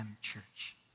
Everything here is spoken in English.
church